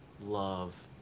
love